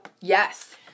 Yes